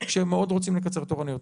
שהם מאוד רוצים לקצר תורנויות.